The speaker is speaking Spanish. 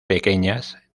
pequeñas